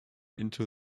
into